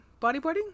bodyboarding